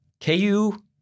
KU